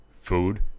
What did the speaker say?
food